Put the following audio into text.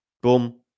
Boom